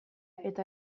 eta